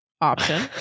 option